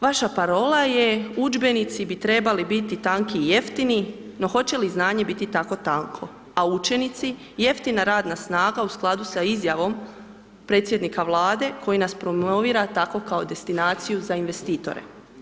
Vaša parola je udžbenici bi trebali biti tanki i jeftini, no hoće li znanje biti tako tanko, a učenici jeftina radna snaga u skladu sa izjavom predsjednika Vlade koji nas promovira tako kao destinaciju za investitore.